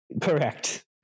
Correct